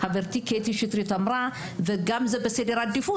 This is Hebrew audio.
חברתי קטי שטרית אמרה וגם זה בסדר עדיפות.